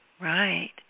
Right